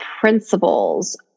principles